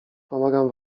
pomagam